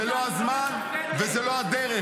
זה לא הזמן וזו לא הדרך,